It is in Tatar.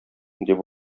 дип